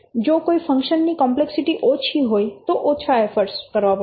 જો કોઈ ફંકશન ની કોમ્પ્લેક્સિટી ઓછી હોય તો ઓછા એફર્ટ કરવા પડશે